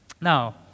Now